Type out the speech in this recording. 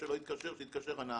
שלא יתקשר אלא יתקשר הנהג.